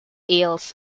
ales